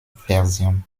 version